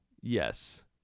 yes